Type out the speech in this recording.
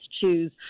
choose